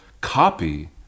Copy